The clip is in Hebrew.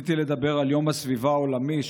רציתי לדבר על יום הסביבה העולמי,